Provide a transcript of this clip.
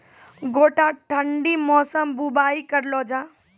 गोटा ठंडी मौसम बुवाई करऽ लो जा?